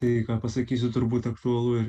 tai ką pasakysiu turbūt aktualu ir